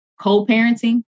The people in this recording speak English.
co-parenting